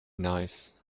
nice